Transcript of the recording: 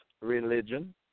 religion